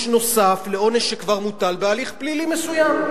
נוסף לעונש שכבר הוטל בהליך פלילי מסוים.